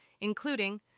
including